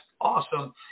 awesome